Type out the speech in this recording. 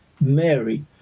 Mary